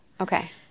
Okay